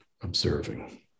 observing